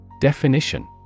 Definition